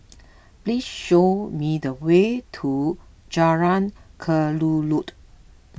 please show me the way to Jalan Kelulut